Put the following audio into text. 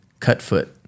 Cutfoot